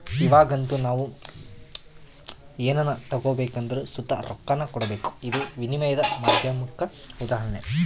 ಇವಾಗಂತೂ ನಾವು ಏನನ ತಗಬೇಕೆಂದರು ಸುತ ರೊಕ್ಕಾನ ಕೊಡಬಕು, ಇದು ವಿನಿಮಯದ ಮಾಧ್ಯಮುಕ್ಕ ಉದಾಹರಣೆ